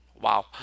Wow